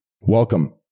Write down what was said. Welcome